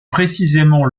précisément